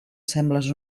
sembles